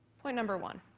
point number one,